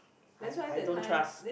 I I don't trust